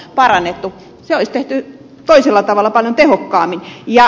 se olisi tehty toisella tavalla paljon tehokkaammin